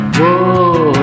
Whoa